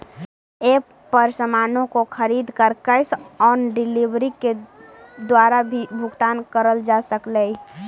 app पर सामानों को खरीद कर कैश ऑन डिलीवरी के द्वारा भी भुगतान करल जा सकलई